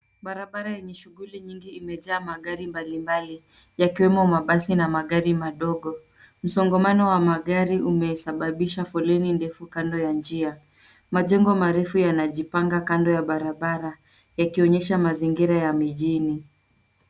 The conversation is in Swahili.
Barabara yenye shughuli nyingi imejaa magari mbalimbali, yakiwemo mabasi na magari madogo. Msongamano wa magari umesababisha poleni ndefu kando ya njia. Majengo marefu yanajipanga kando ya barabara yakionyesha mazingira ya jini.